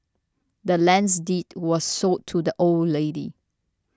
the land's deed was sold to the old lady